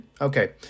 Okay